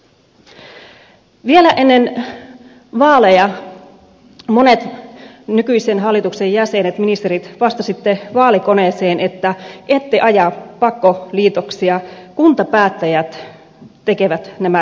vielä ennen vaaleja monet nykyisen hallituksen jäsenet ministerit vastasivat vaalikoneeseen että eivät aja pakkoliitoksia kuntapäättäjät tekevät nämä ratkaisut